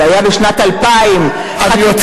לא נאפשר